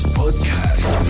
podcast